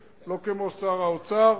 לא כמו שר האוצר.